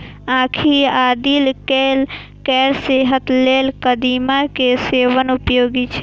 आंखि आ दिल केर सेहत लेल कदीमा के सेवन उपयोगी छै